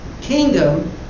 kingdom